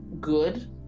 good